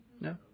No